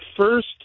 first